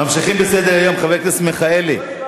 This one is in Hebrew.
ממשיכים בסדר-היום, חבר הכנסת מיכאלי.